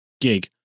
gig